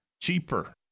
cheaper